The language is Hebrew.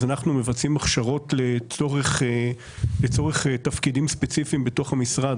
אז אנחנו מבצעים הכשרות לצורך תפקידים ספציפיים בתוך המשרד,